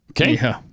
Okay